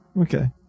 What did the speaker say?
okay